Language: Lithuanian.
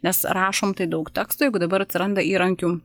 nes rašom tai daug tekstų jeigu dabar atsiranda įrankių